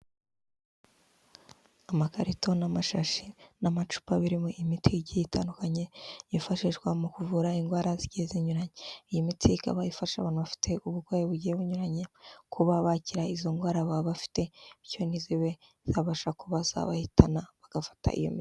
Amakarito n'amashashi n'amacupa birimo imiti igiye itandukanye, yifashishwa mu kuvura indwara zigiye zinyuranye, iyi miti ikaba ifasha abantu bafite uburwayi bugiye bunyuranye, kuba bakira izo ndwara baba bafite, bityo ntizibe zabasha kuba zabahitana bagafata iyo miti.